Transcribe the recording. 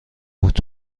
بود